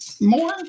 more